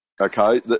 Okay